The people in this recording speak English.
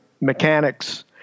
mechanics